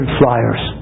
flyers